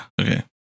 Okay